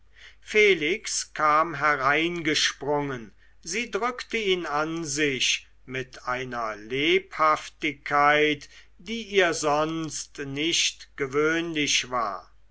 felix kam hereingesprungen sie drückte ihn an sich mit einer lebhaftigkeit die ihr sonst nicht gewöhnlich war